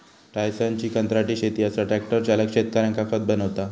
टायसनची कंत्राटी शेती असा ट्रॅक्टर चालक शेतकऱ्यांका खत बनवता